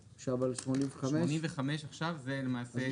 הצבעה סעיף 84 אושר 85 עכשיו, זה למעשה פירוט.